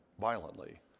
violently